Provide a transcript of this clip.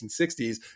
1960s